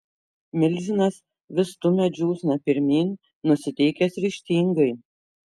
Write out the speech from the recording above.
milžinas vis stumia džiūsną pirmyn nusiteikęs ryžtingai